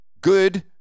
good